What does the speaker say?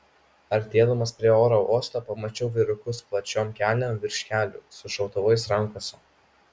artėdamas prie oro uosto pamačiau vyrukus plačiom kelnėm virš kelių su šautuvais rankose